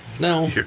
No